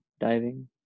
diving